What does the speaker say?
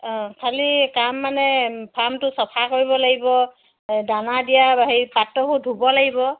অঁ খালি কাম মানে ফাৰ্মটো চফা কৰিব লাগিব দানা দিয়া হেৰি পাত্ৰবোৰ ধুব লাগিব